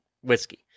whiskey